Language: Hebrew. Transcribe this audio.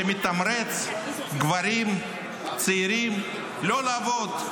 שמתמרץ גברים צעירים לא לעבוד,